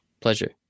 Pleasure